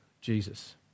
Jesus